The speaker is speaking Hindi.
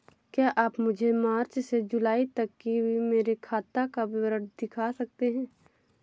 क्या आप मुझे मार्च से जूलाई तक की मेरे खाता का विवरण दिखा सकते हैं?